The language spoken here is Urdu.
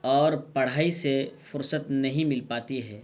اور پڑھائی سے فرصت نہیں مل پاتی ہے